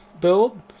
build